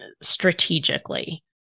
strategically